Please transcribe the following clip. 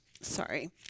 Sorry